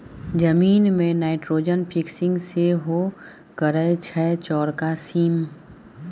जमीन मे nitrogen fixing सेहो करय छै चौरका सीम